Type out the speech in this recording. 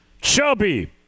Chubby